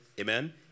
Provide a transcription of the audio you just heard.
amen